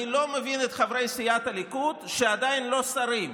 אני לא מבין את חברי סיעת הליכוד שעדיין לא שרים.